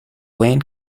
wayne